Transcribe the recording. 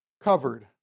covered